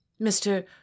Mr